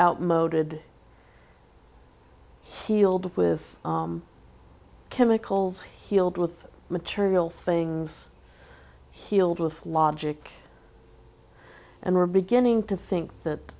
outmoded healed with chemicals healed with material things healed with logic and we're beginning to think that